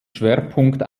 schwerpunkt